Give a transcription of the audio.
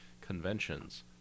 conventions